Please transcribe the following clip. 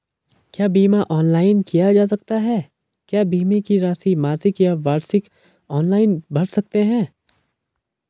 क्या बीमा ऑनलाइन किया जा सकता है क्या बीमे की राशि मासिक या वार्षिक ऑनलाइन भर सकते हैं?